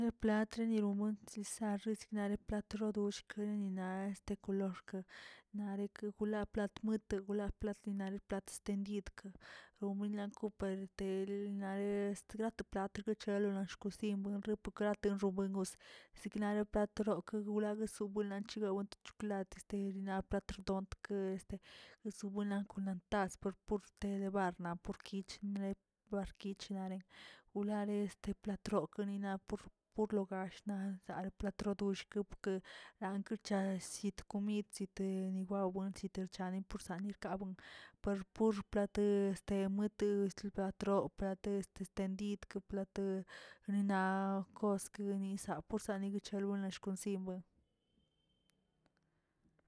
Plat nerobuens sarers platrodushkə nenina este kolor ke, nareke kular lat muiti gulaa platinan ni plat stendidke, omilanko per del nare sto to plat chelola skusin buenropekə terrobuen gos, seknare plat rokə kuglare sibuelə chigawe to coklat testinarena plat rdon ke este subulan tolan tast pur te de barna pur kich nre parkich nare, wlare pues patroknare naꞌ por- por logasht naꞌ nzal patrodushk lakechazə yet komid chis deni wawensi derchane por sanenki per pur plate te muetli estebatlə troplate este tendid, ke plate na koske nisa por sani cheloni naskonsi mbuen.